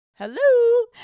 Hello